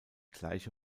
gleiche